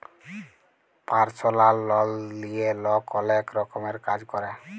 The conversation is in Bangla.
পারসলাল লল লিঁয়ে লক অলেক রকমের কাজ ক্যরে